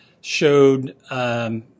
showed